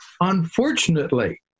Unfortunately